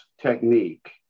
technique